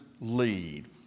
lead